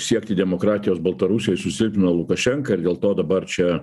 siekti demokratijos baltarusijoj susilpnino lukašenką ir dėl to dabar čia